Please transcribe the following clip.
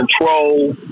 control